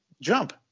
jump